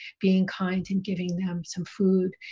being kind and giving them some food,